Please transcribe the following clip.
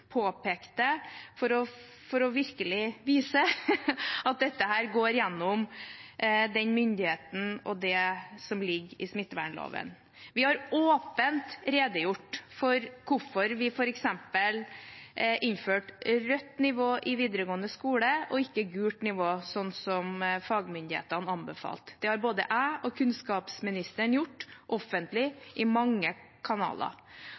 påpekte, for virkelig å vise at dette går gjennom den myndigheten og det som ligger i smittevernloven. Vi har åpent redegjort for hvorfor vi f.eks. innførte rødt nivå i videregående skole og ikke gult nivå, slik som fagmyndighetene anbefalte. Det har både jeg og kunnskapsministeren gjort offentlig i mange kanaler.